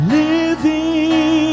living